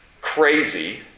crazy